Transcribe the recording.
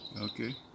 Okay